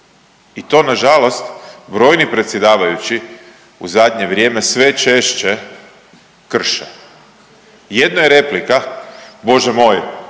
i to nažalost brojni predsjedavajući u zadnje vrijeme sve češće krše. Jedno je replika, Bože moj